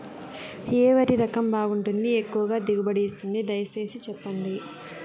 ఏ వరి రకం బాగుంటుంది, ఎక్కువగా దిగుబడి ఇస్తుంది దయసేసి చెప్పండి?